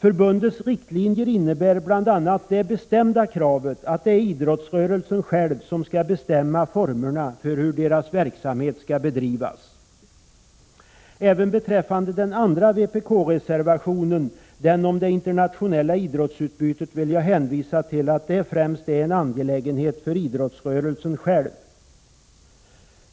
Förbundets riktlinjer innebär bl.a. det bestämda kravet att idrottsrörelsen själv skall bestämma formerna för hur verksamheten skall bedrivas. Även beträffande den andra vpk-reservationen, den om det internationella idrottsutbytet, vill jag hänvisa till att det främst är en angelägenhet för idrottsrörelsen själv.